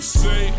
say